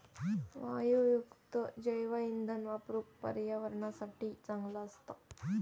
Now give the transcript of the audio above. वायूयुक्त जैवइंधन वापरुक पर्यावरणासाठी चांगला असता